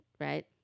right